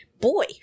boy